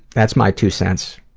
that's my two cents.